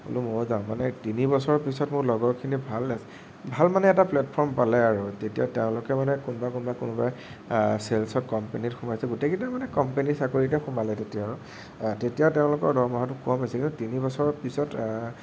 বোলো ময়ো যাওঁ মানে তিনিবছৰৰ পিছত মোৰ লগৰখিনিৰ ভাল আছিল ভাল মানে এটা প্লেটফৰ্ম পালে আৰু তেতিয়া তেওঁলোকে মানে কোনোবা কোনোবা কোনোবাই ছেলছত কম্পেনীত সোমাইছে গোটেইকেইটাই মানে কম্পেনীৰ চাকৰিতে সোমালে তেতিয়া আৰু তেতিয়া তেওঁলোকৰ দৰমহাতো কম আছিলে কিন্তু তিনিবছৰৰ পিছত